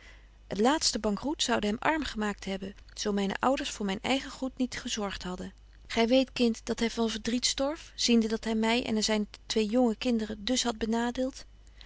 het laatste bankroet zoude hem arm gemaakt hebben zo myne ouders voor myn eigen goed niet gezorgt hadden gy weet kind dat hy van verdriet storf ziende dat hy my en zyne twee jonge kinderen dus hadt benadeelt